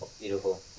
Beautiful